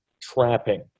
trapping